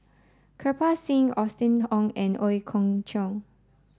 Kirpal Singh Austen Ong and Ooi Kok Chuen